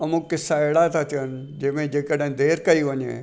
अमुक क़िसा अहिड़ा था अचनि जंहिं में जे कॾहिं देरि करे वञे